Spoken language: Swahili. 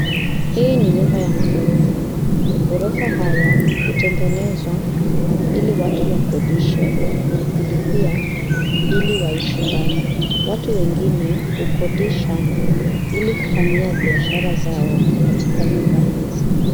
Hii ni nyumba ya maghorofa. Maghorofa haya hutengenezwa ili watu wakodishe na kulipia ili waishi ndani. Watu wengine hukodisha ili kufanyia biashara zao katika nyumba hizi.